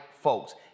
folks